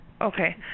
Okay